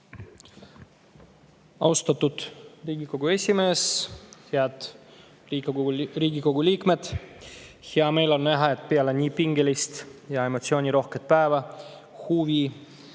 Austatud Riigikogu esimees! Head Riigikogu liikmed! Hea meel on näha, et peale nii pingelist ja emotsioonirohket päeva on huvi